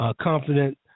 confident